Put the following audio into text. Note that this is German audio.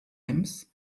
ems